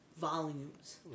volumes